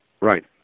Right